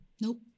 nope